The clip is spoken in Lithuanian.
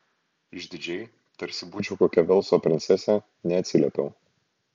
išdidžiai tarsi būčiau kokia velso princesė neatsiliepiau